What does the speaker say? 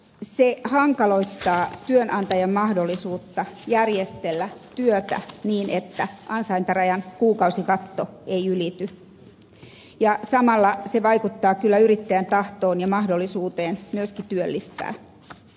se hankaloittaa työnantajan mahdollisuutta järjestellä työtä niin että ansaintarajan kuukausikatto ei ylity ja samalla se vaikuttaa kyllä yrittäjän tahtoon ja mahdollisuuteen myöskin työllistää